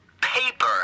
paper